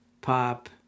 pop